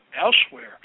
elsewhere